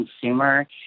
consumer